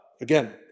again